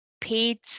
paid